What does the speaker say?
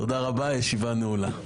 תודה רבה, הישיבה נעולה.